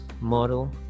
model